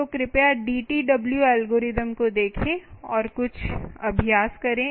तो कृपया DTW algorithm को देखें और कुछ अभ्यास करें